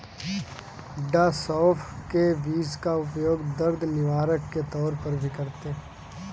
डॉ सौफ के बीज का उपयोग दर्द निवारक के तौर पर भी करते हैं